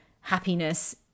happiness